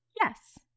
yes